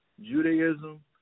Judaism